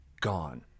Gone